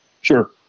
Sure